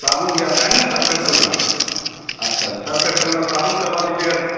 साबुन भी आता है ना सर्फ एक्सल वाला अच्छा सर्फ एक्सल वाला साबुन करवा दीजिएगा